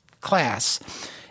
class